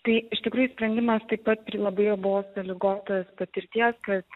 tai iš tikrųjų sprendimas taip pat labai jau buvo sąlygotas patirties kad